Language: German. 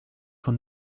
von